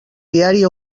diari